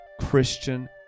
Christian